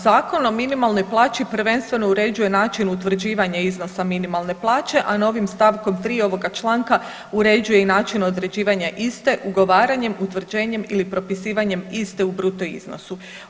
Zakon o minimalnoj plaći prvenstveno uređuje način utvrđivanja iznosa minimalne plaće, a novim st. 3. ovoga članka uređuje i način određivanja iste ugovaranjem, utvrđenjem ili propisivanjem iste u bruto iznosu.